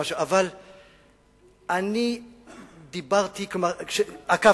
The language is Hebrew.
אבל אני עקבתי.